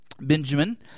Benjamin